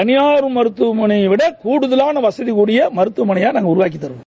தனியார் மருத்துவமனையை விட கூடுதலான வசதிகளை கொண்ட மருத்துவமனையாக நாங்கள் உருவாக்கி தருகிறோம்